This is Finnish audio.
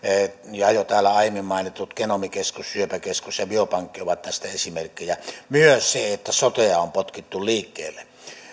ja jo täällä aiemmin mainitut genomikeskus syöpäkeskus ja biopankki ovat tästä esimerkkejä myös se että sotea on potkittu liikkeelle